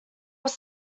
was